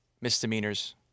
misdemeanors